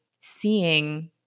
seeing